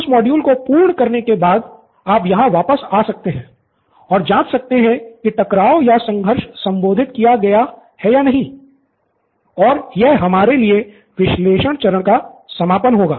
उस मॉड्यूल को पूर्ण करने के बाद आप यहाँ वापस आ सकते है और जांच सकते हैं कि टकराव या संघर्ष संबोधित किया गया है या नहीं और यह हमारे लिए विश्लेषण चरण का समापन होगा